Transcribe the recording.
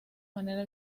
manera